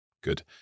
Good